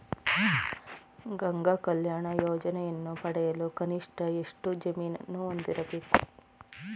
ಗಂಗಾ ಕಲ್ಯಾಣ ಯೋಜನೆಯನ್ನು ಪಡೆಯಲು ಕನಿಷ್ಠ ಎಷ್ಟು ಜಮೀನನ್ನು ಹೊಂದಿರಬೇಕು?